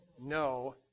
no